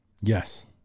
Yes